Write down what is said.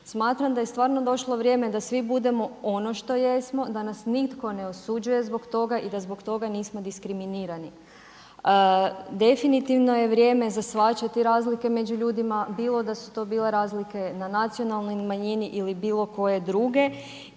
Smatram da je stvarno došlo vrijeme da svi budemo ono što jesmo, da nas nitko ne osuđuje zbog toga i da zbog toga nismo diskriminirani. Definitivno je vrijeme za shvaćati razlike među ljudima, bilo da su to bile razlike na nacionalnoj manjini ili bili koje druge